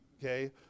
Okay